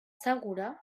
segura